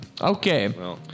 Okay